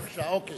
בבקשה, אוקיי.